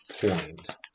point